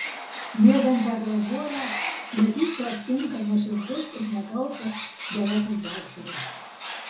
miegančią gražuolę netyčia aptinka nuoširdus ir nekaltas gerasis daktaras